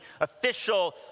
official